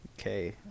Okay